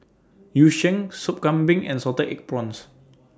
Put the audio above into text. Yu Sheng Sop Kambing and Salted Egg Prawns